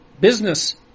business